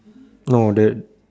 no that